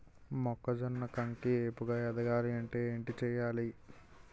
మొక్కజొన్న కంకి ఏపుగ ఎదగాలి అంటే ఏంటి చేయాలి?